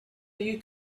you